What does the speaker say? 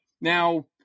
now